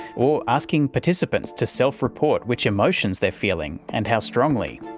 or asking participants to self-report which emotions they're feeling and how strongly.